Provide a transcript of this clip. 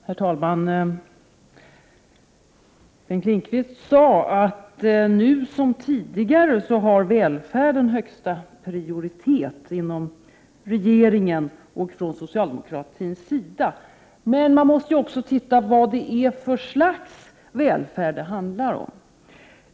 Herr talman! Bengt Lindqvist sade att nu som tidigare har välfärden högsta prioritet inom regeringen och socialdemokratin. Men man måste också se till vad det är för slags välfärd det handlar om.